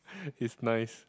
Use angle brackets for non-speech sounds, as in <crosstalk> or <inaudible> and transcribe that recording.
<breath> it's nice